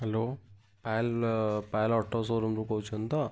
hello Payal Payal auto show ରୁମରୁ କହୁଛନ୍ତି ତ